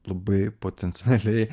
labai potencialiai